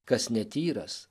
kas netyras